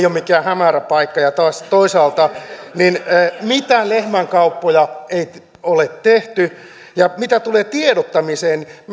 ole mikään hämärä paikka ja taas toisaalta mitään lehmänkauppoja ei ole tehty mitä tulee tiedottamiseen